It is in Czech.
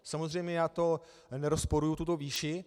Samozřejmě já nerozporuji tuto výši.